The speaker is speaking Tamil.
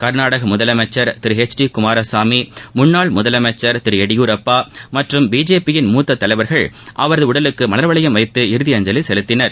கர்நாடக முதலமைச்சர் திரு எச் டி குமாரசாமி முன்னாள் முதலமைச்சர் திரு எடியூரப்பா மற்றும் பிஜேபி யின் மூத்த தலைவர்கள் அவரது உடலுக்கு மலர்வளையம் வைத்து இறுதி அஞ்சலி செலுத்தினர்